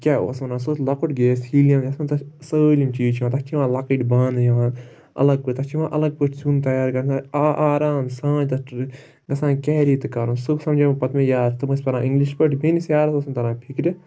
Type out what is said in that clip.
کیٛاہ اوس وَنان سُہ اوس لۄکُٹ گیس ہیٖلیَم یَتھ منٛز تَتھ سٲلِم چیٖز چھِ یِوان تَتھ چھِ یِوان لۄکٕٹۍ بانہٕ یِوان الگ پٲٹھۍ تَتھ چھِ یِوان الگ پٲٹھۍ سیُن تَیار کَرنہٕ آرام سان تَتھ گژھان کیری تہٕ کَرُن سُہ سَمجو مےٚ پَتہٕ مےٚ یار تِم ٲسۍ پَران اِنگلِش پٲٹھۍ میٲنِس یارَس اوس نہٕ تَران فِکرِ